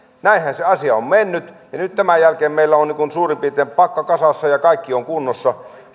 näinhän se asia on mennyt nyt tämän jälkeen meillä on suurin piirtein pakka kasassa ja kaikki on kunnossa